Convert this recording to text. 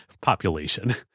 population